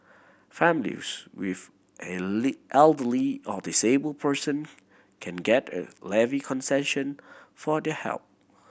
families with an elderly or disabled person can get a levy concession for their help